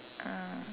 ah